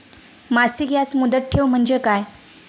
मासिक याज मुदत ठेव म्हणजे काय?